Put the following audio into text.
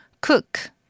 Cook